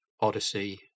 Odyssey